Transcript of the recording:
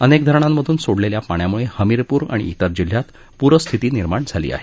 अनेक धरणांमधून सोडलेल्या पाण्यामुळे हमीरपूर आणि त्रि जिल्ह्यात पूरस्थिती निर्माण झाली आहे